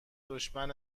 دشمن